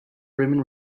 roman